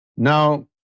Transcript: Now